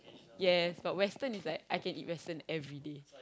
yes but western is like I can eat western everyday